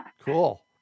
Cool